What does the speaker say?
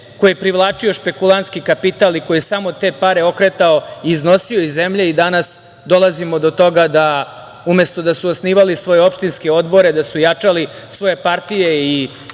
koji je privlačio špekulantski kapital i koji je samo te pare okretao i iznosio iz zemlje i danas dolazimo do toga da umesto da su osnivali svoje opštinske odbore, da su jačali svoje partije i